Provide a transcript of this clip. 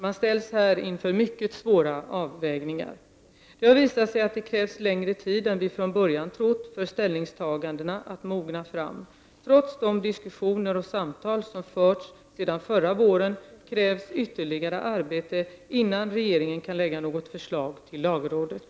Man ställs här inför mycket svåra avvägningar. Det har visat sig att det krävs längre tid än vi från början trott för ställningstagandena att mogna fram. Trots de diskussioner och samtal som förts sedan förra våren krävs ytterligare arbete innan regeringen kan lägga fram något förslag till lagrådet.